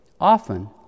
often